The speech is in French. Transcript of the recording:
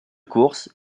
course